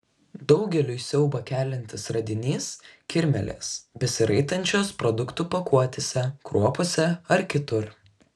daugeliui siaubą keliantis radinys kirmėlės besiraitančios produktų pakuotėse kruopose ar kitur